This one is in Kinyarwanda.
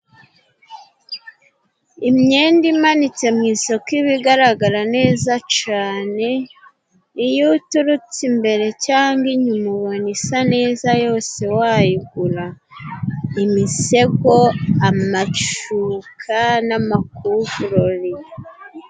Imyenda imanitse mu isoko iba igaragara neza cane. Iyo uturutse imbere cyangwa inyuma ubona isa neza yose wayigura. Imisego, amashuka n'amakuvurori.